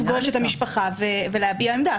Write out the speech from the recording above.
לפגוש את המשפחה ולהביע עמדה.